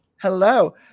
hello